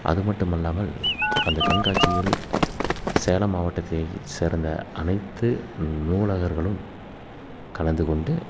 அது மட்டும் அல்லாமல் அந்த கண்காட்சியில் சேலம் மாவட்டத்தில் சேர்ந்த அனைத்து நூலகர்களும் கலந்துக் கொண்டு